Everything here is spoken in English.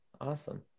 awesome